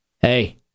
Hey